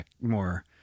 more